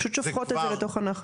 הן פשוט שופכות את זה לתוך הנחל.